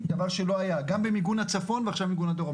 דבר שלא היה, גם במיגון הצפון ועכשיו מיגון הדרום.